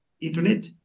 internet